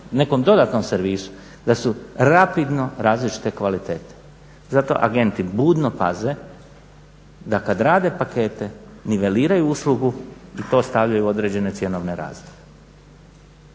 nekom dodatnom servisu, da su rapidno različite kvalitete, zato agenti budno paze da kada rade pakete, … uslugu i to stavljaju u određena cjenovna … To je